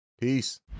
peace